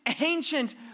ancient